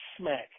smack